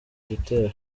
gitero